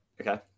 Okay